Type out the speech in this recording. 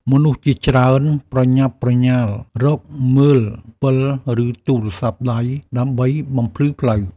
មនុស្សជាច្រើនប្រញាប់ប្រញាល់រកមើលពិល ឬទូរស័ព្ទដៃដើម្បីបំភ្លឺផ្លូវ។